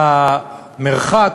המרחק